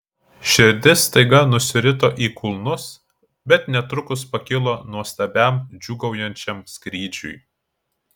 širdis staiga nusirito į kulnus bet netrukus pakilo nuostabiam džiūgaujančiam skrydžiui